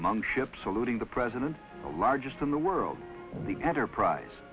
among ships saluting the president the largest in the world the enterprise